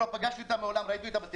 ומעולם לא פגשתי אותה.